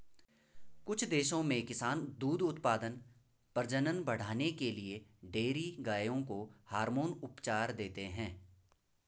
कुछ देशों में किसान दूध उत्पादन, प्रजनन बढ़ाने के लिए डेयरी गायों को हार्मोन उपचार देते हैं